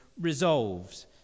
Resolved